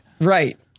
Right